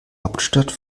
hauptstadt